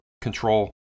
control